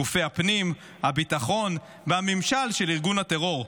גופי הפנים, הביטחון והממשל של ארגון הטרור.